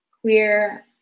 queer